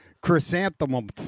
Chrysanthemum